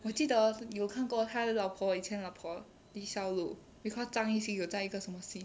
我记得有看过他的老婆以前老婆李小璐 because 张艺兴有在一个什么戏